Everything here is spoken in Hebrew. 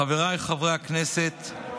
חבריי חברי הכנסת,